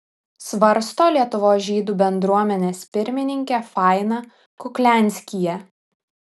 svarsto lietuvos žydų bendruomenės pirmininkė faina kuklianskyje